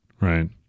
right